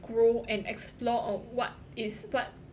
grow and explore on what is what